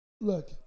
Look